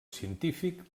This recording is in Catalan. científic